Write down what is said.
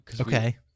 Okay